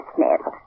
Smith